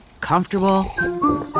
comfortable